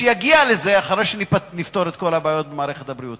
שיגיע לזה אחרי שנפתור את כל הבעיות במערכת הבריאות.